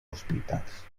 hospitals